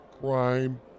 crime